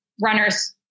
runners